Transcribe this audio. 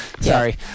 Sorry